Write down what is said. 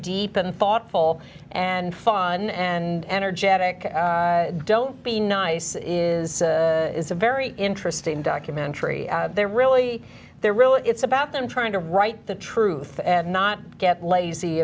deep and thoughtful d and fun and energetic don't be nice is is a very interesting documentary there really we there really it's about them trying to write the truth and not get lazy